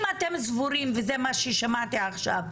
אם אתם סבורים וזה מה ששמעתי עכשיו,